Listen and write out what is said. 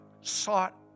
sought